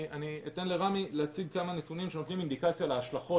אני אתן לרמי להציג כמה נתונים שנותנים אינדיקציה להשלכות